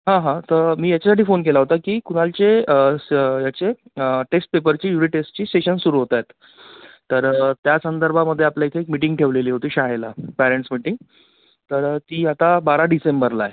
हां हां तर मी याच्यासाठी फोन केला होता की कुणालचे स् याचे टेस्ट पेपरची युनीट टेस्टची शेशन सुरू होत आहेत तर त्या संदर्भामध्ये आपल्या इथे एक मिटिंग ठेवलेली होती शाळेला पॅरेंट्स मिटिंग तर ती आता बारा डिसेंबरला आहे